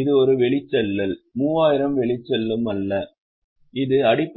இது ஒரு வெளிச்செல்லல் 3000 வெளிச்செல்லும் அல்ல இது அடிப்படையில் ஒரு P மற்றும் L உருப்படி